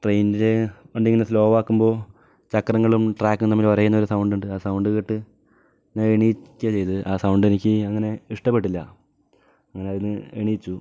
ട്രെയിനിൻ്റെ വണ്ടിയിങ്ങനെ സ്ലോ ആക്കുമ്പോൾ ചക്രങ്ങളും ട്രാക്കും തമ്മിൽ ഉരയുന്നൊരു സൗണ്ട് ഉണ്ട് ആ സൗണ്ട് കേട്ട് ഞാൻ എണീക്കുകയാണ് ചെയ്തത് ആ സൗണ്ട് എനിക്ക് അങ്ങനെ ഇഷ്ടപ്പെട്ടില്ല ഞാൻ എണീറ്റു